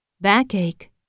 backache